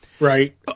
Right